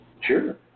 Sure